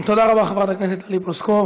תודה רבה לחברת הכנסת טלי פלוסקוב.